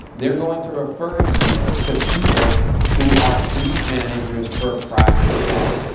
they're going to refer you to people who are fleet managers for private jets.